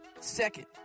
second